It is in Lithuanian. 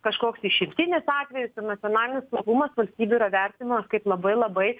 kažkoks išimtinis atvejis nacionalinis saugumas valstybių yra vertinamas kaip labai labai